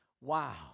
Wow